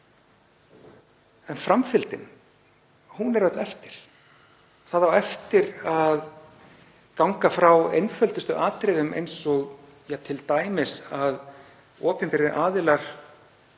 En framfylgdin er öll eftir. Það á eftir að ganga frá einföldustu atriðum eins og t.d. að opinberir aðilar